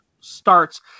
starts